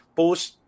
post